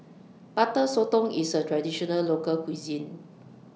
Butter Sotong IS A Traditional Local Cuisine